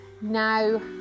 now